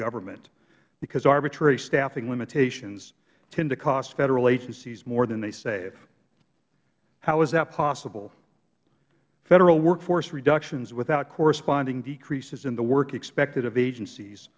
government because arbitrary staffing limitations tend to cost federal agencies more than they save how is that possible federal workforce reductions without corresponding decreases in the work expected of agencies